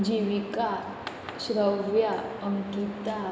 Jeevika Shravya Ankita